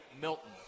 Milton